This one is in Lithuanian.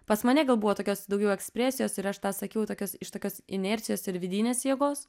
pas mane gal buvo tokios daugiau ekspresijos ir aš tą sakiau tokios iš tokios inercijos ir vidinės jėgos